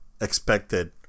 expected